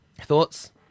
thoughts